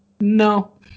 No